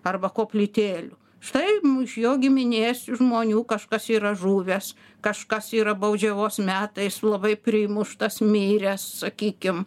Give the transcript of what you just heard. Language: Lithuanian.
arba koplytėlių štai iš jo giminės žmonių kažkas yra žuvęs kažkas yra baudžiavos metais labai primuštas miręs sakykim